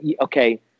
okay